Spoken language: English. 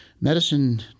medicine